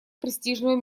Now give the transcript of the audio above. престижного